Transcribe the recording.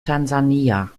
tansania